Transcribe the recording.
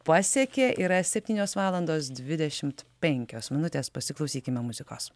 pasiekė yra septynios valandos dvidešimt penkios minutės pasiklausykime muzikos